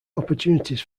opportunities